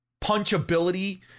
punchability